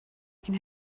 can